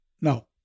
No